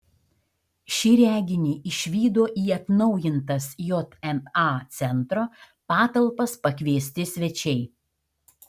šį reginį išvydo į atnaujintas jma centro patalpas pakviesti svečiai